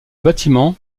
bâtiment